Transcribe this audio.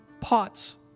pots